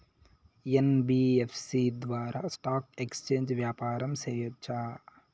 NBFC ద్వారా stock exchange వ్యాపారం సేయొచ్చా?